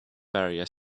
barrier